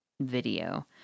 video